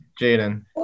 Jaden